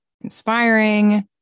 inspiring